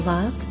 Love